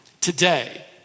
today